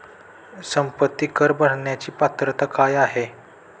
संपत्ती कर भरण्याची पात्रता काय आहे?